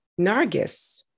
Nargis